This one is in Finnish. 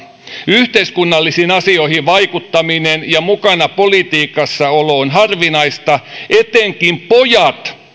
yhteiskunnallisiin asioihin vaikuttaminen ja mukana olo politiikassa on harvinaista etenkin pojat